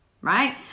right